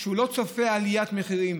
שהוא לא צופה עליית מחירים.